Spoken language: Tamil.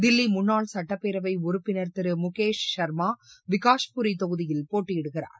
தில்லி முன்னாள் சுட்டப் பேரவை உறுப்பினர் திரு முகேஷ் சர்மா விகாஷ்புரி தொகுதியில் போட்டியிடுகிறார்